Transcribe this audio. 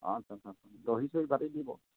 অঁ আচ্ছ আচ্ছা দহি চহি বাতি দিব